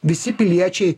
visi piliečiai